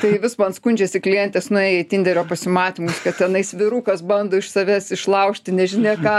tai vis man skundžiasi klientės nuėjo į tinderio pasimatymus kad tenais vyrukas bando iš savęs išlaužti nežinia ką